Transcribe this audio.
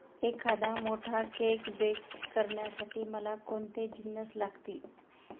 एखादा मोठा cake bake करण्यासाठी मला कोणते जिन्नस लागतील